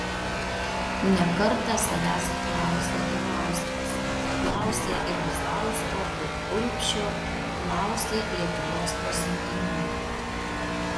ne kartą savęs klausė turauskas klausė ir bizausko ir urbšio klausė lietuvos pasiuntinių